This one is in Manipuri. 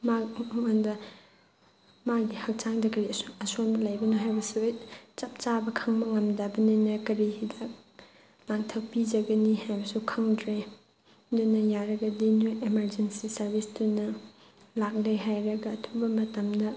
ꯃꯉꯣꯟꯗ ꯃꯥꯒꯤ ꯍꯛꯆꯥꯡꯗ ꯀꯔꯤ ꯑꯁꯣꯟꯕ ꯂꯩꯕꯅꯣ ꯍꯥꯏꯕꯁꯨ ꯆꯞ ꯆꯥꯕ ꯈꯪꯕ ꯉꯝꯗꯕꯅꯤꯅ ꯀꯔꯤ ꯍꯤꯗꯥꯛ ꯂꯥꯡꯊꯛ ꯄꯤꯖꯒꯅꯤ ꯍꯥꯏꯕꯁꯨ ꯈꯪꯗ꯭ꯔꯦ ꯑꯗꯨꯅ ꯌꯥꯔꯒꯗꯤ ꯅꯣꯏ ꯏꯃꯥꯔꯖꯦꯟꯁꯤ ꯁꯥꯔꯕꯤꯁꯇꯨꯅ ꯂꯥꯛꯂꯦ ꯍꯥꯏꯔꯒ ꯑꯊꯨꯕ ꯃꯇꯝꯗ